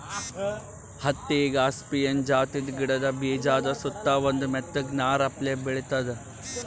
ಹತ್ತಿ ಗಾಸಿಪಿಯನ್ ಜಾತಿದ್ ಗಿಡದ ಬೀಜಾದ ಸುತ್ತಾ ಒಂದ್ ಮೆತ್ತಗ್ ನಾರ್ ಅಪ್ಲೆ ಬೆಳಿತದ್